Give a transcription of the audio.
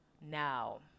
Now